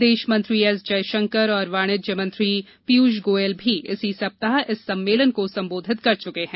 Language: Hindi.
विदेशमंत्री एस जयशंकर और वाणिज्य मंत्री पीयूष गोयल भी इसी सप्ताह इस सम्मेलन को संबोधित कर चुके हैं